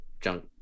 junk